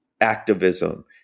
activism